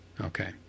Okay